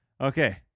Okay